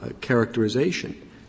characterization